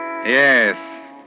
Yes